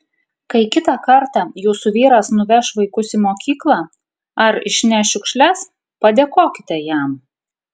kai kitą kartą jūsų vyras nuveš vaikus į mokyklą ar išneš šiukšles padėkokite jam